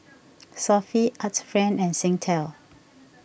Sofy Arts Friend and Singtel